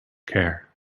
care